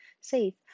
safe